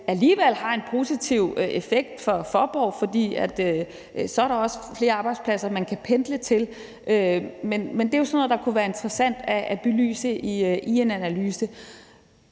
alligevel har en positiv effekt for Faaborg, for så er der også flere arbejdspladser, man kan pendle til. Men det er sådan noget, der kunne være interessant at belyse i en analyse.